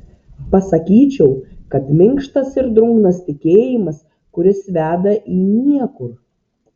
pasakyčiau kad minkštas ir drungnas tikėjimas kuris veda į niekur